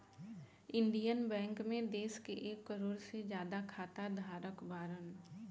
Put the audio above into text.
Indian Bank मे देश के एक करोड़ से ज्यादा खाता धारक बाड़न